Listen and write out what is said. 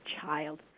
child